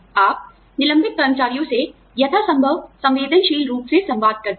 आप निलंबित कर्मचारियों से यथासंभव संवेदनशील रूप से संवाद करते हैं